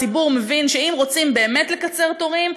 הציבור מבין שאם רוצים באמת לקצר תורים,